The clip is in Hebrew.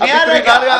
הווטרינריה --- רגע,